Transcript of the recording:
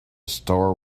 store